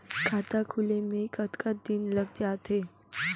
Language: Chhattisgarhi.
खाता खुले में कतका दिन लग जथे?